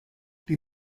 die